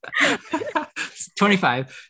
25